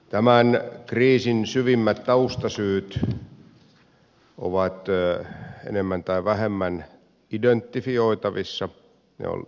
tämän kriisin syvimmät taustasyyt ovat enemmän tai vähemmän identifioitavissa ne ovat tunnistettavissa